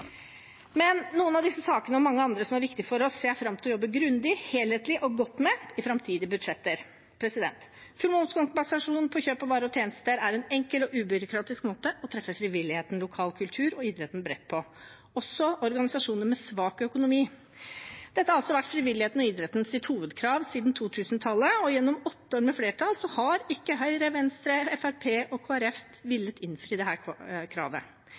Noen av disse sakene og mange andre som er viktige for oss, ser jeg fram til å jobbe grundig, helhetlig og godt med i framtidige budsjetter. Full momskompensasjon på kjøp av varer og tjenester er en enkel og ubyråkratisk måte å treffe frivilligheten, lokal kultur og idretten bredt på, også organisasjoner med svak økonomi. Dette har vært frivillighetens og idrettens hovedkrav siden 2000-tallet, og gjennom åtte år med flertall har ikke Høyre, Venstre, Fremskrittspartiet og Kristelig Folkeparti villet innfri dette kravet. De har valgt det